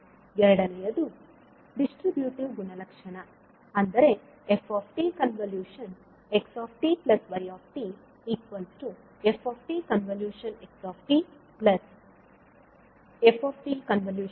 ಎರಡನೆಯದು ಡಿಸ್ಟ್ರಿಬೂಟಿವ್ ಗುಣಲಕ್ಷಣ ಅಂದರೆ fxyfxfy